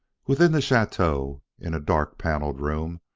within the chateau, in a dark-paneled room,